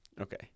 Okay